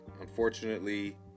unfortunately